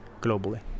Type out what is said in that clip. globally